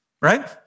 right